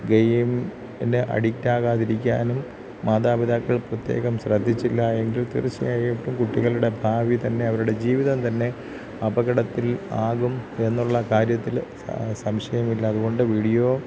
ഗെയ്മ്ഇന് addict ആകാതിരിക്കാനും മാതാപിതാക്കൾ പ്രത്യേകം ശ്രദ്ധിച്ചില്ല എങ്കിൽ തീർച്ചയായിട്ടും കുട്ടികളുടെ ഭാവി തന്നെ അവരുടെ ജീവിതം തന്നെ അപകടത്തിൽ ആകും എന്നുള്ള കാര്യത്തിൽ സംശയമില്ല അതുകൊണ്ട് വീഡിയോ